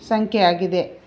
ಸಂಖ್ಯೆ ಆಗಿದೆ